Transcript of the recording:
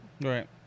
Right